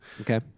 okay